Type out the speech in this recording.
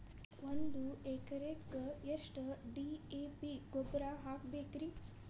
ಒಂದು ಎಕರೆಕ್ಕ ಎಷ್ಟ ಡಿ.ಎ.ಪಿ ಗೊಬ್ಬರ ಹಾಕಬೇಕ್ರಿ?